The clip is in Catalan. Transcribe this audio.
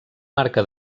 marca